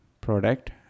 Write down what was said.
product